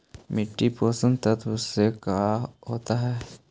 मिट्टी पोषक तत्त्व से का होता है?